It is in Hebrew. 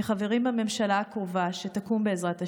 כחברים בממשלה הקרובה שתקום, בעזרת השם,